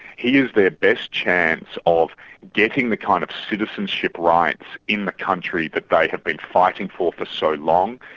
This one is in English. he is their ah best chance of getting the kind of citizenship rights in the country that they have been fighting for for so long.